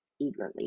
eagerly